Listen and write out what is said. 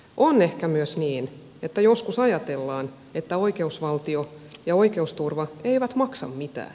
on ehkä myös niin että joskus ajatellaan että oikeusvaltio ja oikeusturva eivät maksa mitään